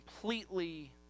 completely